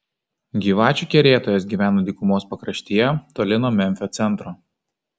gyvačių kerėtojas gyveno dykumos pakraštyje toli nuo memfio centro